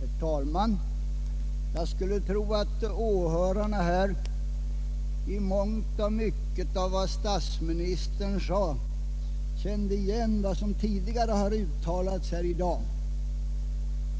Herr talman! Jag skulle tro att åhörarna i mångt och mycket av vad statsministern sade kände igen vad som uttalats tidigare här i dag.